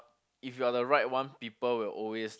if you're the right one people will always